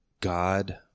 God